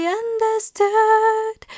understood